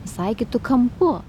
visai kitu kampu